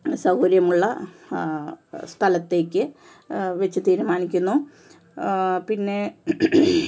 സൗകര്യമുള്ള സ്ഥലത്തേക്ക് വച്ച് തീരുമാനിക്കുന്നു പിന്നെ